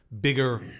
bigger